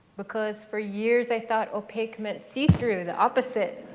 because, for years, i thought opaque might see-through, the opposite,